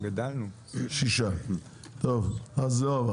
6. הצבעה